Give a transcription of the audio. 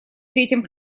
третьем